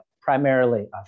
primarily